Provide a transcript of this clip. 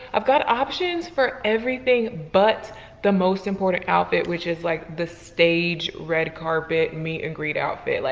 i've got options for everything but the most important outfit, which is like the stage, red carpet, meet and greet outfit. like